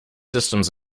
systems